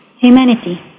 humanity